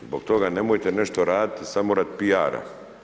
Zbog toga nemojte nešto raditi samo radi piara.